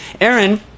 Aaron